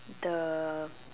the